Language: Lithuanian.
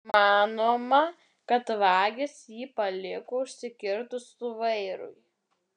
manoma kad vagys jį paliko užsikirtus vairui